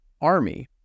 army